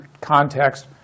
context